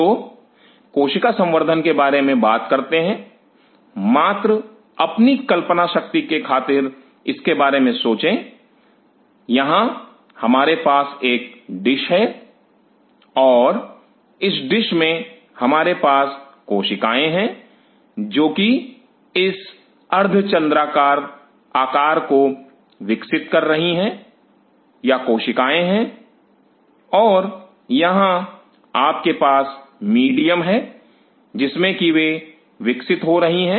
तो कोशिका संवर्धन के बारे में बात करते हैं मात्र अपनी कल्पना की खातिर इसके बारे में सोचें यहां हमारे पास एक डिश है और इस डिश में हमारे पास कोशिकाएं हैं जो कि इस अर्धचंद्राकार आकार को विकसित कर रही हैं या कोशिकाएं हैं और यहां आपके पास मीडियम है जिसमें कि वे विकसित हो रही हैं